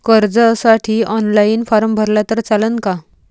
कर्जसाठी online form भरला तर चालन का?